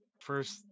first